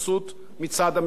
אם הממשלה רוצה,